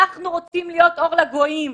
אנחנו רוצים להיות אור לגויים.